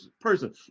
person